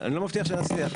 אני לא מבטיח שנצליח.